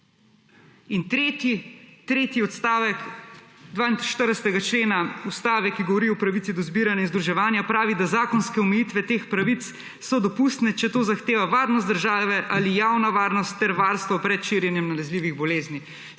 In tretji odstavek 42. člena ustave, ki govori o pravici do zbiranja in združevanja, pravi, da zakonske omejitve teh pravic so dopustne, če to zahteva varnost države ali javna varnost ter varstvo pred širjenjem nalezljivih bolezni.